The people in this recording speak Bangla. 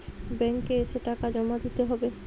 ব্যাঙ্ক এ এসে টাকা জমা দিতে হবে?